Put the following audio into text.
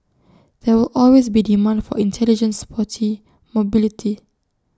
there will always be demand for intelligent sporty mobility